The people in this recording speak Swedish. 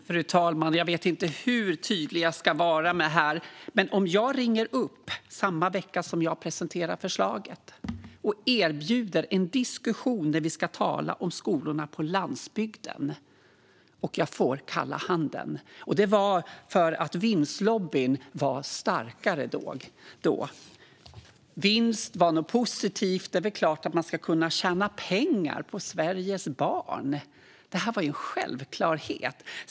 Fru talman! Jag vet inte hur tydlig jag ska vara här, men jag ringde upp samma vecka som jag presenterade förslaget och erbjöd en diskussion för att tala om skolorna på landsbygden och fick kalla handen för att vinstlobbyn var starkare då. Vinst var något positivt - det är klart att man ska kunna tjäna pengar på Sveriges barn! Det var en självklarhet.